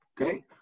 Okay